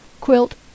Quilt